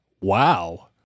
Wow